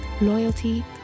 loyalty